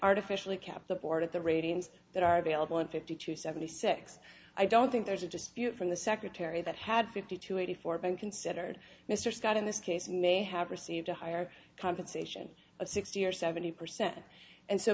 artificially kept the board of the ratings that are available in fifty to seventy six i don't think there's a dispute from the secretary that had fifty to eighty four being considered mr scott in this case may have received a higher compensation of sixty or seventy percent and so